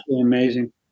Amazing